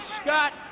Scott